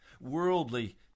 Worldly